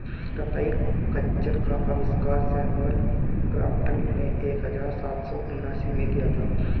कताई खच्चर का आविष्कार सैमुअल क्रॉम्पटन ने एक हज़ार सात सौ उनासी में किया था